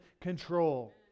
control